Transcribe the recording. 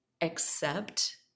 accept